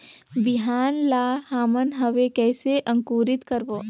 बिहान ला हमन हवे कइसे अंकुरित करबो?